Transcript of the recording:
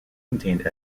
contained